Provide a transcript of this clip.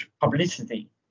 publicity